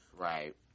right